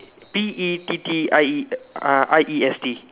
P E T T I E uh I E S T